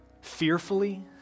fearfully